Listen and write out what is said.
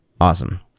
Awesome